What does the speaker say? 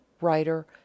writer